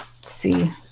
see